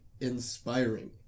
inspiring